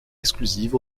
exclusive